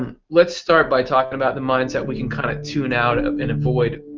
um lets start by talking about the mindset we can kind of tune out of and avoid.